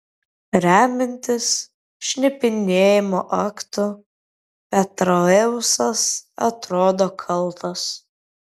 remiantis šnipinėjimo aktu petraeusas atrodo kaltas